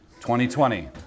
2020